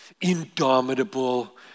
indomitable